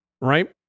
right